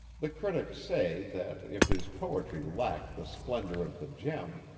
the critics say, that, if his poetry lacked the splendor of the gem,